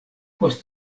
post